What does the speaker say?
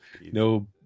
no